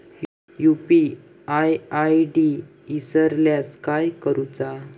UPI ID इसरल्यास काय करुचा?